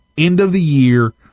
end-of-the-year